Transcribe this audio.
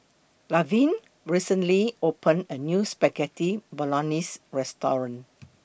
Lavern recently opened A New Spaghetti Bolognese Restaurant